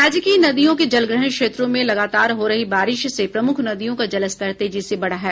राज्य की नदियों के जलग्रहण क्षेत्रों में लगातार हो रही बारिश से प्रमुख नदियों का जलस्तर तेजी से बढ़ा है